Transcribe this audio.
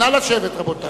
נא לשבת, רבותי.